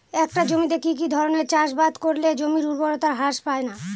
একটা জমিতে কি কি ধরনের চাষাবাদ করলে জমির উর্বরতা হ্রাস পায়না?